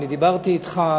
דיברתי אתך,